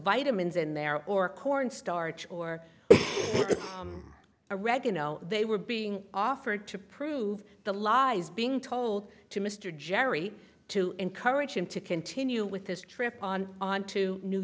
vitamins in there or cornstarch or a reg and they were being offered to prove the lies being told to mr jerry to encourage him to continue with this trip on on to new